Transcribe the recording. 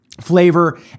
flavor